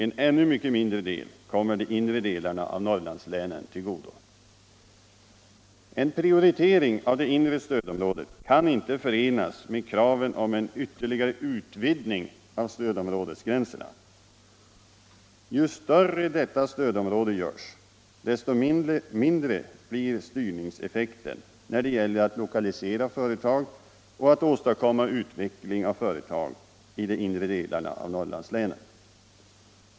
En ännu mycket mindre del kommer de inre delarna av Norrlandslänen till godo. En prioritering av det inre stödområdet kan inte förenas med kraven på en ytterligare utvidgning av stödområdesgränserna. Ju större detta stödområde görs, desto mindre blir styrningseffekten när det gäller att lokalisera företag och åstadkomma utveckling av företag i de inre delarna av Norrlandslänen.